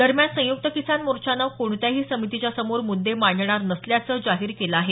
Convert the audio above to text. दरम्यान संयुक्त किसान मोर्चानं कोणत्याही समितीच्या समोर मुद्दे मांडणार नसल्याचं जाहीर केलं आहे